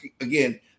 Again